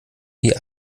wie